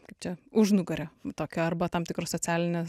kaip čia užnugario tokio arba tam tikros socialinės